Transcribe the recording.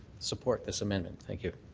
support this amendment. thank you.